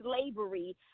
slavery